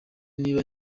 niba